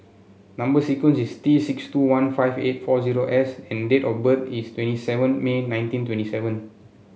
number sequence is T six two one five eight four zero S and date of birth is twenty seven May nineteen twenty seven